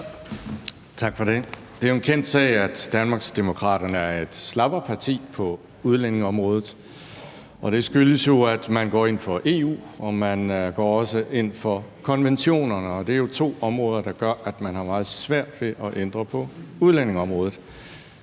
Tak for det. Det er jo en kendt sag, at Danmarksdemokraterne er et slapperparti på udlændingeområdet, og det skyldes, at man går ind for EU og man også går ind for konventionerne. Det er jo to områder, der gør, at man har meget svært ved at ændre på udlændingeområdet.